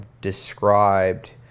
described